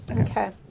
Okay